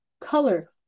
color